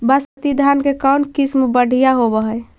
बासमती धान के कौन किसम बँढ़िया होब है?